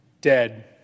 dead